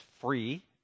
free